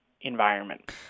environment